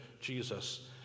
Jesus